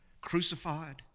crucified